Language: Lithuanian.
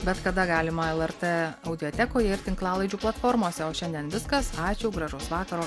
bet kada galima lrt audiotekoje ir tinklalaidžių platformose o šiandien viskas ačiū gražaus vakaro